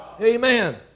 Amen